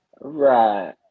Right